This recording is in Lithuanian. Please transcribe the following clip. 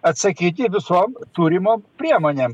atsakyti visom turimom priemonėm